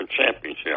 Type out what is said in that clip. championship